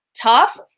tough